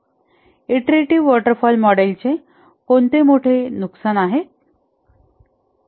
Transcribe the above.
iterative waterfall मॉडेलचे कोणते मोठे नुकसान आहेत